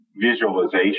visualization